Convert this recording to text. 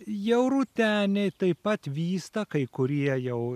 jau rūteniai taip pat vysta kai kurie jau